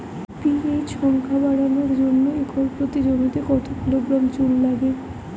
PH সংখ্যা বাড়ানোর জন্য একর প্রতি জমিতে কত কিলোগ্রাম চুন লাগে?